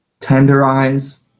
tenderize